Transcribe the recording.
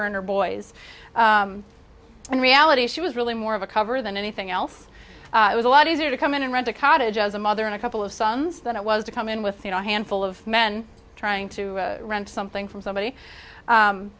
barker and her boys in reality she was really more of a cover than anything else it was a lot easier to come in and rent a cottage as a mother and a couple of sons that was to come in with a handful of men trying to rent something from somebody